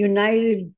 United